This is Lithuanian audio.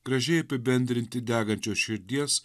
gražiai apibendrinti degančios širdies